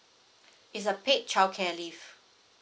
it's a paid childcare leave